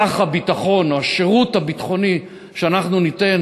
סך הביטחון או השירות הביטחוני שאנחנו ניתן